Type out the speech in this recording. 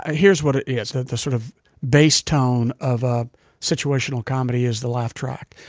ah here's what it is. the the sort of base tone of a situational comedy is the laugh track.